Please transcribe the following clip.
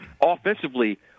Offensively